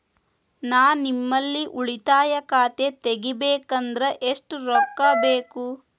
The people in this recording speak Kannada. ನಾ ನಿಮ್ಮಲ್ಲಿ ಉಳಿತಾಯ ಖಾತೆ ತೆಗಿಬೇಕಂದ್ರ ಎಷ್ಟು ರೊಕ್ಕ ಬೇಕು?